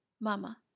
Mama